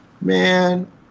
man